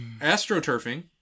Astroturfing